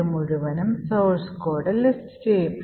അത് മുഴുവൻ സോഴ്സ് കോഡും ലിസ്റ്റുചെയ്യും